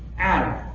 and